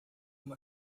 uma